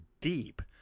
deep